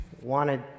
wanted